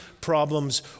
problems